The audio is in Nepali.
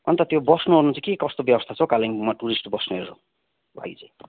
अन्त त्यो बस्नुओर्नु चाहिँ के कस्तो व्यवस्था छ हौ कालिम्पोङमा टुरिस्ट बस्नेहरू भाइ चाहिँ